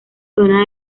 zona